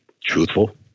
truthful